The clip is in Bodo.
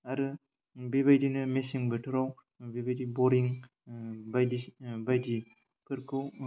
आरो बेबायदिनो मेसें बोथोराव बेबायदि बरिं बायदि बायदिफोरखौ